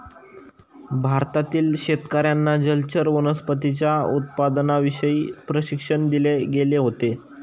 भारतातील शेतकर्यांना जलचर वनस्पतींच्या उत्पादनाविषयी प्रशिक्षण दिले गेले होते